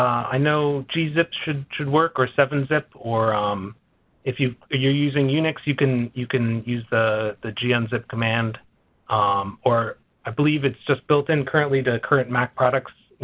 i know gzip should should work or seven zip or um if you're using unix you can you can use the the gunzip command or i believe it's just built in, currently, the current mac products, you